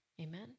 Amen